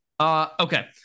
Okay